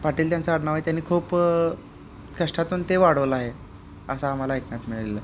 पाटील त्यांचं अडनाव आहे त्यांनी खूप कष्टातून ते वाढवलं आहे असा आम्हाला ऐकण्यात मिळालेलं आहे